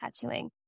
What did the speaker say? tattooing